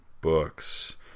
books